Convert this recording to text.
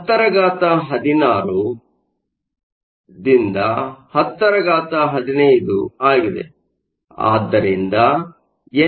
ಅದು 1016 - 1015 ಆಗಿದೆ